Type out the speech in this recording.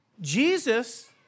Jesus